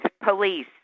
police